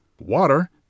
Water